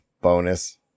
bonus